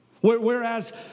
Whereas